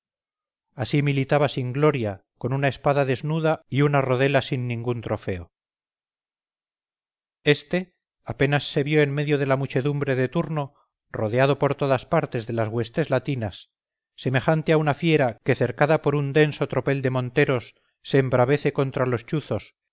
así militaba sin gloria con una espada desnuda y una rodela sin ningún trofeo este apenas se vio en medio de la muchedumbre de turno rodeado por todas partes de las huestes latinas semejante a una fiera que cercada por un denso tropel de monteros se embravece contra los chuzos